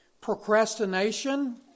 Procrastination